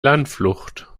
landflucht